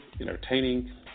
entertaining